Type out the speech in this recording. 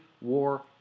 war